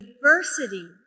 Diversity